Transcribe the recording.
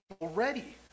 already